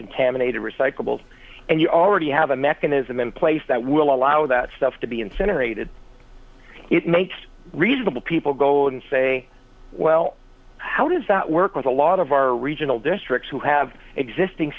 contaminated recyclables and you already have a mechanism in place that will allow that stuff to be incinerated it makes reasonable people go and say well how does that work with a lot of our regional districts who have existing